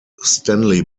stanley